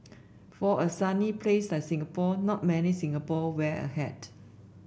for a sunny place like Singapore not many Singapore wear a hat